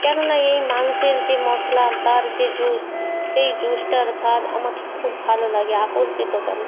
কেননা এই মাংসের যে মশলার তার যে জুস সেই জুসটার স্বাদ আমাখে খুব ভালো লাগে আকর্ষিত করে